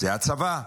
זה הצבא,